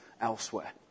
elsewhere